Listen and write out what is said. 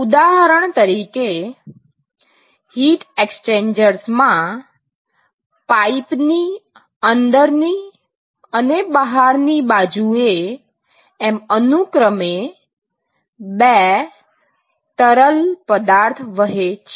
ઉદાહરણ તરીકે heat exchangers માં પાઇપ ની અંદર ની અને બહારની બાજુએ એમ અનુક્રમે બે તરલ પદાર્થ વહે છે